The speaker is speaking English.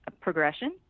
progression